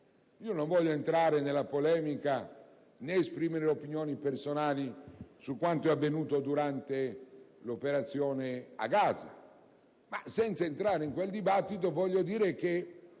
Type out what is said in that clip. Non voglio entrare nella polemica, né esprimere opinioni personali su quanto è avvenuto durante l'operazione a Gaza ma, senza entrare in quel dibattito, voglio dire che